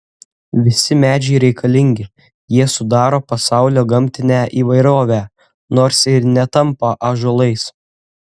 visi medžiai reikalingi jie sudaro pasaulio gamtinę įvairovę nors ir netampa ąžuolais